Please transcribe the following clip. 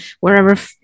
wherever